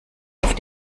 auf